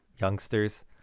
Youngsters